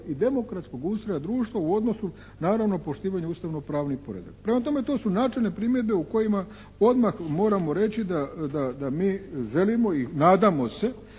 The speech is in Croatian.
i demokratskog ustroja društva u odnosu naravno poštivanje ustavnopravni poredak. Prema tome to su načelne primjedbe u kojima odmah moramo reći da mi želimo i nadamo se